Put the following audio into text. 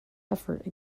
effort